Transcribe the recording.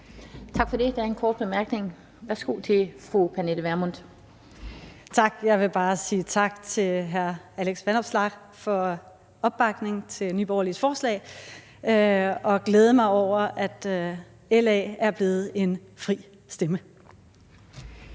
Tak for det. Der er en kort bemærkning. Værsgo til fru Pernille Vermund. Kl. 17:32 Pernille Vermund (NB): Tak. Jeg vil bare sige tak til hr. Alex Vanopslagh for opbakningen til Nye Borgerliges forslag og glæde mig over, at LA er blevet en fri stemme.